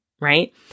right